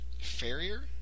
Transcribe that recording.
Farrier